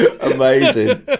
Amazing